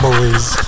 Boys